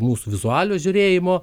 mūsų vizualios žiūrėjimo